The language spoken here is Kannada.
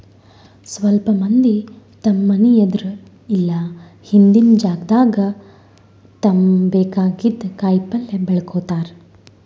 ಸ್ವಲ್ಪ್ ಮಂದಿ ತಮ್ಮ್ ಮನಿ ಎದ್ರ್ ಇಲ್ಲ ಹಿಂದಿನ್ ಜಾಗಾದಾಗ ತಮ್ಗ್ ಬೇಕಾಗಿದ್ದ್ ಕಾಯಿಪಲ್ಯ ಬೆಳ್ಕೋತಾರ್